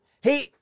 Hey